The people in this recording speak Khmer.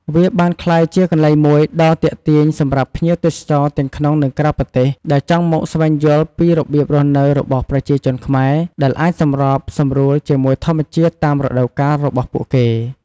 វាបានក្លាយជាកន្លែងមួយដ៏ទាក់ទាញសម្រាប់ភ្ញៀវទេសចរទាំងក្នុង និងក្រៅប្រទេស ដែលចង់មកស្វែងយល់ពីរបៀបរស់នៅរបស់ប្រជាជនខ្មែរ ដែលអាចសម្របសម្រួលជាមួយធម្មជាតិតាមរដូវកាលរបស់ពួកគេ។